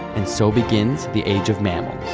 and so begins the age of mammals.